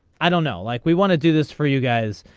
i don't know like we want to do this for you guys.